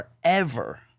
forever